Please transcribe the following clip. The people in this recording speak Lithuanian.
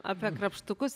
apie krapštukus